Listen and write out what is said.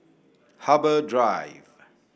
Harbour Drive